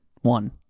one